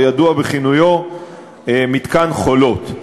הידוע בכינויו מתקן "חולות".